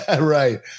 Right